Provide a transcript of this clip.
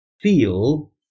feel